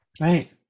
right